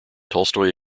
tolstoy